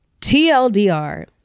tldr